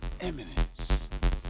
Eminence